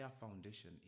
foundation